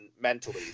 mentally